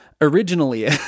originally